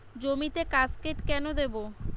জমিতে কাসকেড কেন দেবো?